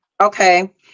okay